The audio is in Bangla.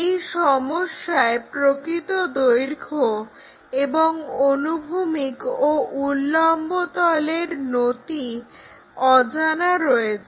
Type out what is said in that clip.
এই সমস্যায় প্রকৃত দৈর্ঘ্য এবং অনুভূমিক ও উল্লম্ব তলের নতি অজানা রয়েছে